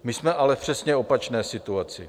My jsme ale v přesně opačné situaci.